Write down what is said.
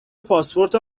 پاسپورت